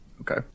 Okay